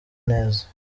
neza